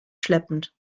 schleppend